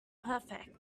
perfect